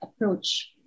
approach